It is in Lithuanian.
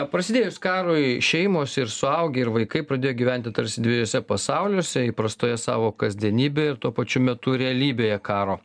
prasidėjus karui šeimos ir suaugę ir vaikai pradėjo gyventi tarsi dviejuose pasauliuose įprastoje savo kasdienybėje ir tuo pačiu metu realybėje karo